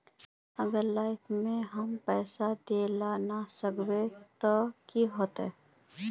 अगर लाइफ में हम पैसा दे ला ना सकबे तब की होते?